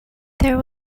there